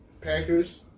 Packers